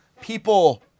people